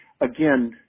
again